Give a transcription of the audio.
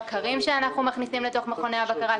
בקרים שאנחנו מכניסים לתוך מכוני הבקרה,